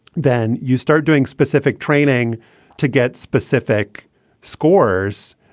then you start doing specific training to get specific scores.